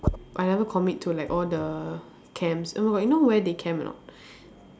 I never commit to like all the camp oh my god you know where they camp or not